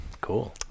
Cool